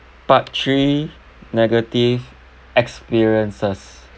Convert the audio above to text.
part three negative experiences